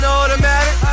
automatic